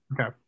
Okay